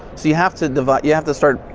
so, you have to divide you have to start,